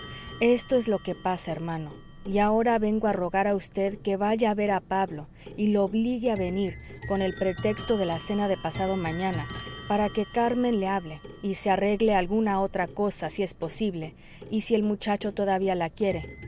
esto es lo que pasa hermano y ahora vengo a rogar a vd que vaya a ver a pablo y lo obligue a venir con el pretexto de la cena de pasado mañana para que carmen le hable y se arregle alguna otra cosa si es posible y si el muchacho todavía la quiere